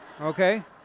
Okay